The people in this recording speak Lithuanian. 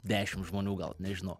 dešim žmonių gal nežinau